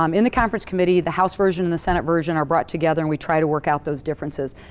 um in the conference committee, the house version and the senate version are brought together and we try to work out those differences.